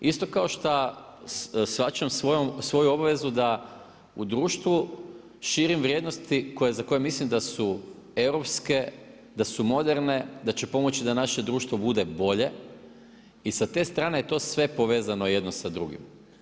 Isto kao što shvaćam svoju obavezu da u društvu širim vrijednosti za koje mislim da su europske, da su moderne, da će pomoći da naše društvo bude bolje i sa te strane je to sve povezano jedno sa drugim.